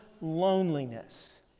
loneliness